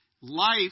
life